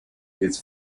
his